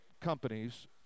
companies